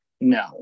No